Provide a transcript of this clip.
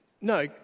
No